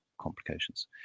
complications